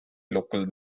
local